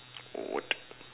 what